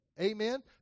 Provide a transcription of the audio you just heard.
Amen